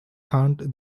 hunt